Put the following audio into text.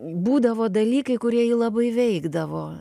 būdavo dalykai kurie jį labai veikdavo